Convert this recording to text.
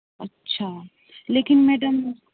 अच्छा लेकिन मैडम